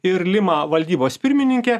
ir lima valdybos pirmininkė